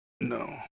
No